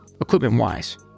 equipment-wise